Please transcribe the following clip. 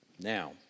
Now